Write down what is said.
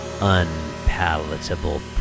unpalatable